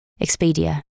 Expedia